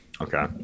Okay